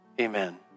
Amen